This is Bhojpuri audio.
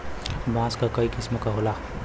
बांस क कई किसम क होला